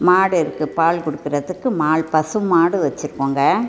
மாடு இருக்கு பால் கொடுக்குறதுக்கு மாடு பசு மாடு வச்சுருக்கோங்க